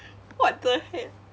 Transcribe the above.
what the heck